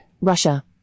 Russia